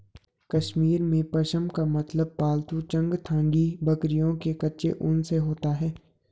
कश्मीर में, पश्म का मतलब पालतू चंगथांगी बकरियों के कच्चे ऊन से होता है